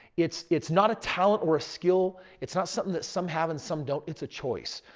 it's it's not a talent or a skill, it's not something that some have and some don't. it's a choice.